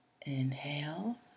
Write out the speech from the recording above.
inhale